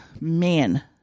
man